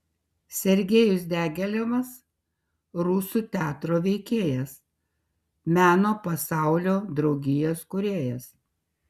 sergejus diagilevas rusų teatro veikėjas meno pasaulio draugijos kūrėjas